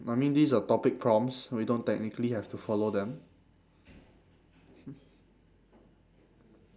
no I mean these are topic prompts we don't technically have to follow them